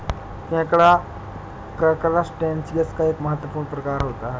केकड़ा करसटेशिंयस का एक महत्वपूर्ण प्रकार होता है